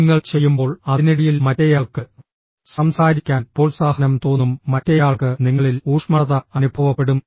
നിങ്ങൾ ചെയ്യുമ്പോൾ അതിനിടയിൽ മറ്റേയാൾക്ക് സംസാരിക്കാൻ പ്രോത്സാഹനം തോന്നും മറ്റേയാൾക്ക് നിങ്ങളിൽ ഊഷ്മളത അനുഭവപ്പെടും